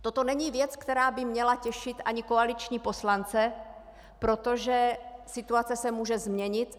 Toto není věc, která by měla těšit ani koaliční poslance, protože situace se může změnit.